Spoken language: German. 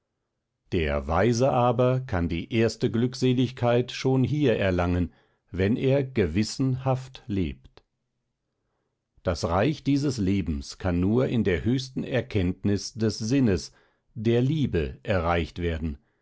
der weise aber kann die erste glückseligkeit schon hier erlangen wenn er gewissen haft lebt das reich dieses lebens kann nur in der höchsten erkenntnis des sinnes der liebe erreicht werden